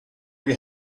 you